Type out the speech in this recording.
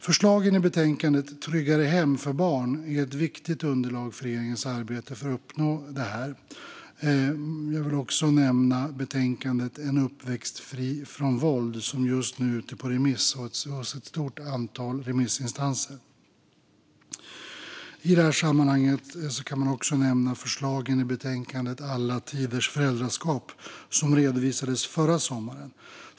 Förslagen i betänkandet Tryggare hem för barn är ett viktigt underlag för regeringens arbete för att uppnå detta. Jag vill också nämna betänkandet En uppväxt fri från våld , som just nu är ute på remiss hos ett stort antal remissinstanser. I sammanhanget kan man också nämna förslagen i betänkandet Alla tiders föräldraskap , som redovisades förra sommaren.